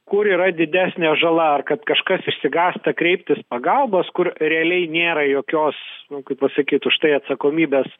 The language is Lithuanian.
kur yra didesnė žala ar kad kažkas išsigąsta kreiptis pagalbos kur realiai nėra jokios nu kaip pasakyt už tai atsakomybės